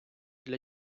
для